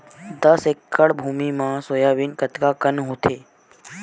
दस एकड़ भुमि म सोयाबीन कतका कन होथे?